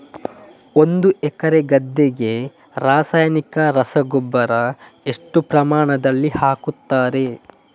ಒಂದು ಎಕರೆ ಗದ್ದೆಗೆ ರಾಸಾಯನಿಕ ರಸಗೊಬ್ಬರ ಎಷ್ಟು ಪ್ರಮಾಣದಲ್ಲಿ ಹಾಕುತ್ತಾರೆ?